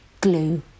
glue